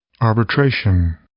Arbitration